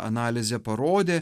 analizė parodė